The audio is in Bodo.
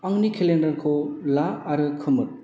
आंनि केलेन्डारखौ ला आरो खोमोर